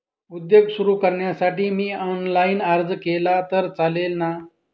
उद्योग सुरु करण्यासाठी मी ऑनलाईन अर्ज केला तर चालेल ना?